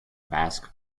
basque